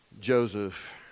Joseph